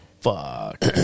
fuck